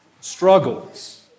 struggles